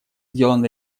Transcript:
сделан